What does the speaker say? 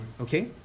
okay